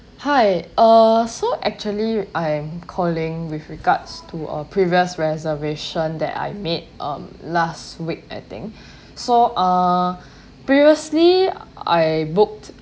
hi uh so actually I am calling with regards to a previous reservation that I've made um last week I think so uh previously I booked